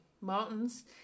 mountains